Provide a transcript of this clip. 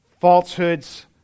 falsehoods